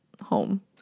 home